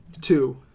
Two